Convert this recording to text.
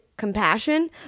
compassion